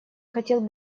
хотел